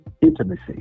intimacy